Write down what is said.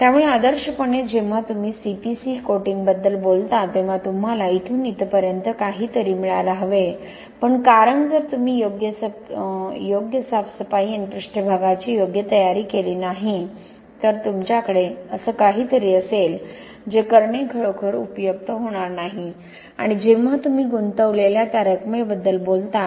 त्यामुळे आदर्शपणे जेव्हा तुम्ही सीपीसी कोटिंगबद्दल बोलता तेव्हा तुम्हाला इथून इथपर्यंत काहीतरी मिळायला हवे पण कारण जर तुम्ही योग्य साफसफाई आणि पृष्ठभागाची योग्य तयारी केली नाही तर तुमच्याकडे असे काहीतरी असेल जे करणे खरोखर उपयुक्त नाही आणि जेव्हा तुम्ही गुंतवलेल्या त्या रकमेबद्दल बोलता